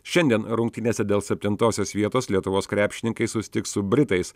šiandien rungtynėse dėl septintosios vietos lietuvos krepšininkai susitiks su britais